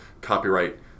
copyright